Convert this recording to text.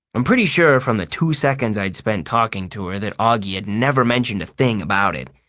i'm pretty sure from the two seconds i'd spent talking to her that auggie had never mentioned a thing about it.